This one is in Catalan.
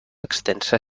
extensa